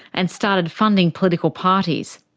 and started funding political parties.